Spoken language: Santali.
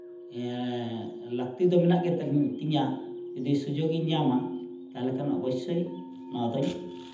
ᱞᱟᱹᱠᱛᱤ ᱫᱚ ᱢᱮᱱᱟᱜ ᱜᱮ ᱛᱤᱧᱟ ᱡᱩᱫᱤ ᱥᱩᱡᱳᱜᱽ ᱤᱧ ᱧᱟᱢᱟ ᱛᱟᱦᱚᱞᱮ ᱠᱷᱟᱱ ᱚᱵᱚᱥᱥᱚᱭ ᱱᱚᱣᱟᱫᱚᱧ